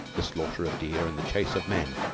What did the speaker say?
the slaughter of deer and the chase of men,